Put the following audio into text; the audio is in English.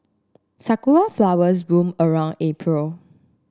sakura flowers bloom around April